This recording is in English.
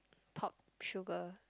pop sugar